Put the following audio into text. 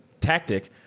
tactic